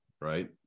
right